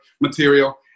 material